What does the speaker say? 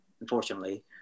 unfortunately